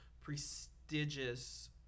prestigious